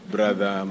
Brother